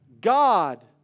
God